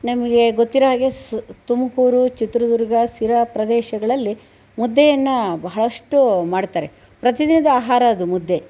ನಿಮಗೆ ಗೊತ್ತಿರೋ ಹಾಗೆ ತುಮಕೂರು ಚಿತ್ರದುರ್ಗ ಶಿರಾ ಪ್ರದೇಶಗಳಲ್ಲಿ ಮುದ್ದೆಯನ್ನು ಬಹಳಷ್ಟು ಮಾಡುತ್ತಾರೆ ಪ್ರತಿದಿನದ ಆಹಾರ ಅದು ಮುದ್ದೆ